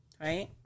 Right